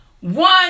One